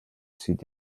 sud